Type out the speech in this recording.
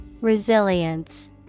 Resilience